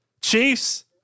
chiefs